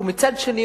ומצד שני,